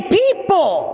people